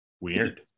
weird